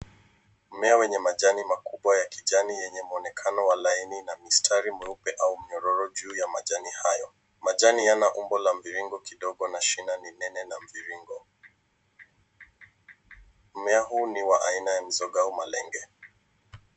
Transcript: Mmea wenye majani makubwa ya kijani yenye mwonekano wa laini na mistari mweupe au mnyororo juu ya majani hayo. Majani yana umbo la mviringo kidogo na shina ni nene na mviringo. Mmea huu ni wa aina ya mzoga au malenge.